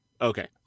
Okay